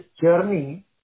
journey